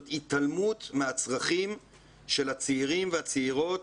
זאת התעלמות מהצרכים של הצעירים והצעירות